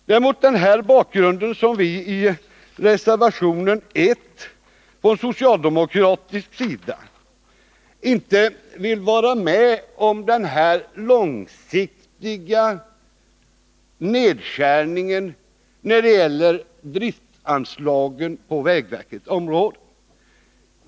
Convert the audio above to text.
Det är mot den bakgrunden som vi på socialdemokratisk sida i reservationen 1 markerat att vi inte vill vara med om den här långsiktiga nedskärningen av driftsanslaget på vägverkets område.